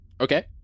Okay